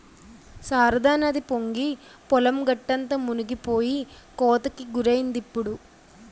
శారదానది పొంగి పొలం గట్టంతా మునిపోయి కోతకి గురైందిప్పుడు